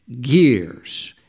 gears